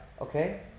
okay